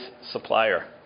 supplier